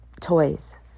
toys